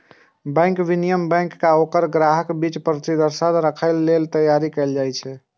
bank विनियमन bank आ ओकर ग्राहकक बीच पारदर्शिता राखै लेल तैयार कैल गेल छै